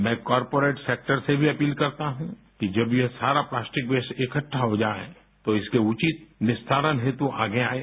मैं corporate sector से भी अपील करता हूँ कि जब ये सारा प्लास्टिक वेस्ट इकठ्ठा हो जाए तो इसके उचित निस्तारण हेतु आगे आयें